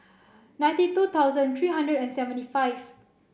ninety two thousand three hundred and seventy five